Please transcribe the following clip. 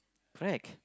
correct